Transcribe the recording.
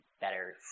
better